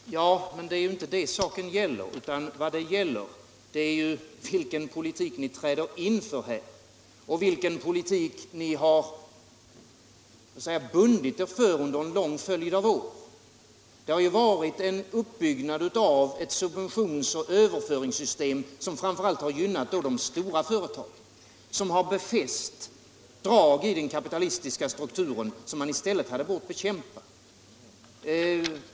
Herr talman! Ja, men det är ju inte det saken gäller, utan vad det gäller är vilken politik ni träder in för och vilken politik ni så att säga har bundit er för under en lång följd av år. Det har ju varit en uppbyggnad av ett subventions och överföringssystem som framför allt har gynnat de stora företagen, och befäst drag i den kapitalistiska strukturen som man i stället hade bort bekämpa.